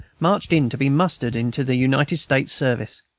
marched in to be mustered into the united states service.